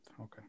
okay